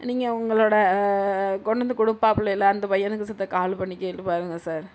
நீங்கள் உங்களோடய கொண்டு வந்து கொடுப்பாப்பிலையில அந்த பையனுக்கு செத்த கால் பண்ணி கேட்டு பாருங்க சார்